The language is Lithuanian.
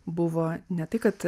buvo ne tai kad